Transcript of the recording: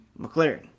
McLaren